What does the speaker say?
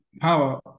power